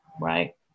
right